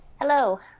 Hello